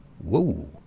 whoa